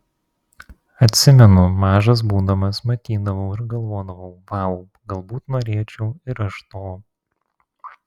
atsimenu mažas būdamas matydavau ir galvodavau vau galbūt norėčiau ir aš to